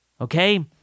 okay